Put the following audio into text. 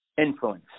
Influence